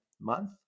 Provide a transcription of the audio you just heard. month